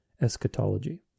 eschatology